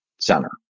center